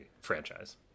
franchise